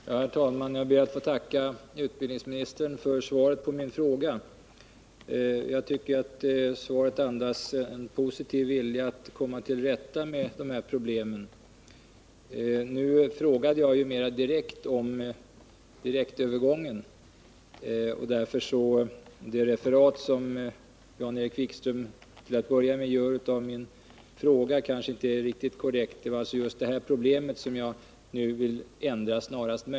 Herr talman! Jag ber att få tacka utbildningsministern för svaret på min fråga. Jag tycker svaret andas en positiv vilja att komma till rätta med detta problem. Nu frågade jag närmast om direktövergången. Därför är det referat som Jan-Erik Wikström till att börja med gör av min fråga kanske inte riktigt korrekt. Det är just det här problemet som jag vill se en lösning på snarast möjligt.